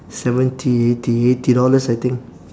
seventy eighty eighty dollars I think